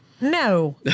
No